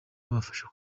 babafasha